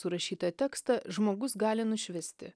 surašytą tekstą žmogus gali nušvisti